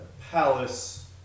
palace